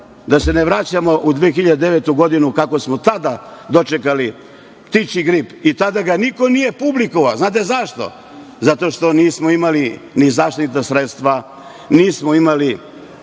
da se ne vraćamo u 2009. godinu kako smo tada dočekali ptičji grip i tada ga niko nije publikovao. Znate zašto? Zato što nismo imali ni zaštitna sredstva, nismo imali